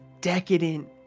decadent